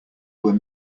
were